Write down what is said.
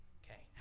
okay